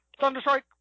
Thunderstrike